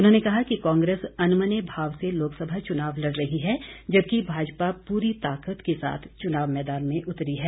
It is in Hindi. उन्होंने कहा कि कांग्रेस अनमने भाव से लोकसभा चुनाव लड़ रही है जबकि भाजपा पूरी ताकत के साथ चुनाव मैदान में उतरी है